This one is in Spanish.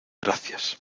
gracias